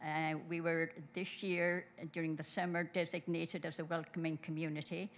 and we were this year during the summer designated as a welcoming community